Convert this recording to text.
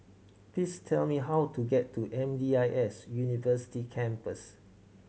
please tell me how to get to M D I S University Campus